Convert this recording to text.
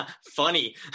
funny